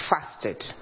fasted